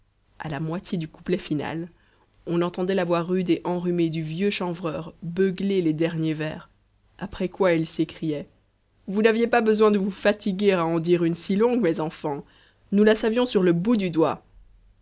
à la moitié du couplet final on entendait la voix rude et enrhumée du vieux chanvreur beugler les derniers vers après quoi il s'écriait vous n'aviez pas besoin de vous fatiguer à en dire une si longue mes enfants nous la savions sur le bout du doigt